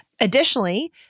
Additionally